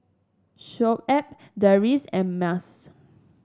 Shoaib Deris and Mas